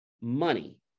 money